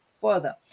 further